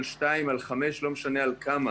שני מיליון או חמישה מיליון או לא משנה על כמה,